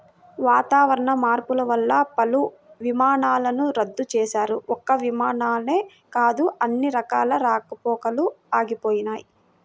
వాతావరణ మార్పులు వల్ల పలు విమానాలను రద్దు చేశారు, ఒక్క విమానాలే కాదు అన్ని రకాల రాకపోకలూ ఆగిపోయినయ్